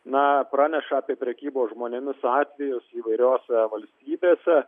na praneša apie prekybos žmonėmis atvejus įvairiose valstybėse